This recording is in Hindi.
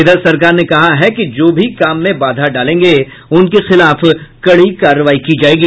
इधर सरकार ने कहा है कि जो भी काम में बाधा डालेंगे उनके खिलाफ कड़ी कार्रवाई की जायेगी